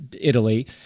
Italy